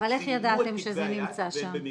הם צילמו את כתבי היד והם במיקרופילם.